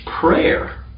prayer